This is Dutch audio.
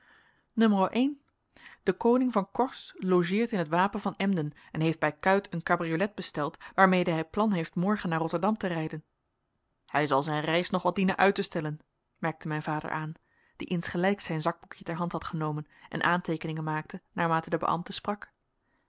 n de koning van corse logeert in het wapen van emden en heeft bij kuyt een cabriolet besteld waarmede hij plan heeft morgen naar rotterdam te rijden hij zal zijn reis nog wat dienen uit te stellen merkte mijn vader aan die insgelijks zijn zakboekje ter hand had genomen en aanteekeningen maakte naarmate de beambte sprak